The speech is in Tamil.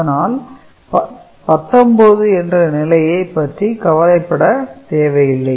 அதனால் 19 என்ற நிலையை பற்றி கவலைப்பட தேவை இல்லை